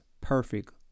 perfect